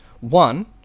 One